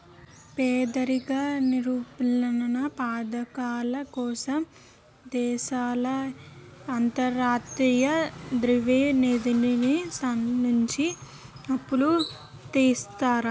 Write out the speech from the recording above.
పేదరిక నిర్మూలనా పధకాల కోసం దేశాలు అంతర్జాతీయ ద్రవ్య నిధి సంస్థ నుంచి అప్పులు తెస్తాయి